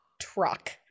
truck